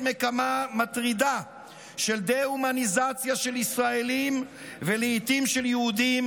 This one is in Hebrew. מגמה מטרידה של דה-הומניזציה של ישראלים ולעיתים של יהודים,